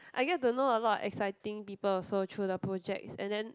I get to know a lot of exciting people also through the projects and then